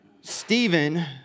Stephen